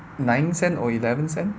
nine cent or eleven cent